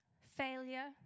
failure